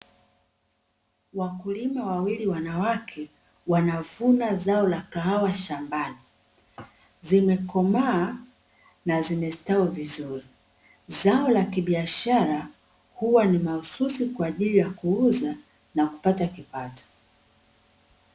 Wakulima wawili wanawake wanavuna zao la kawaha shambani, zime komaa na zime stawi vizuri. Zao la kibiashara huwa ni mahususi kwa ajili ya kuuza na kupata kipato